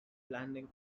landing